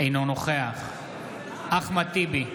אינו נוכח אחמד טיבי,